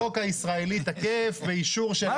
החוק הישראלי תקף באישור של